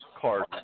card